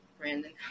Brandon